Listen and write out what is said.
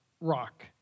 rock